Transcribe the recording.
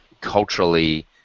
culturally